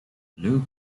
blue